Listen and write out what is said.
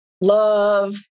love